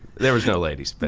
there was no ladies, but